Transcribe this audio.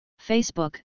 Facebook